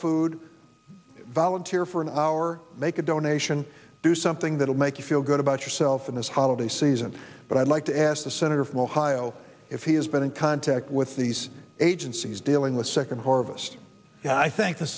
food volunteer for an hour make a donation do something that will make you feel good about yourself in this holiday season but i'd like to ask the senator from ohio if he has been in contact with these agencies dealing with second harvest i think